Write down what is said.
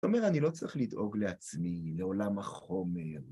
אתה אומר: אני לא צריך לדאוג לעצמי, לעולם החומר.